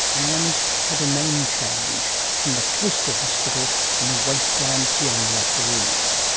and had a name change, from the coastal hospital in the wasteland beyond la perouse.